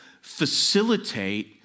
facilitate